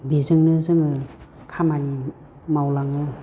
बिजोंनो जोङो खामानि मावलाङो